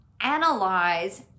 analyze